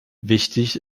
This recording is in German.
wichtig